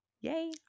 Yay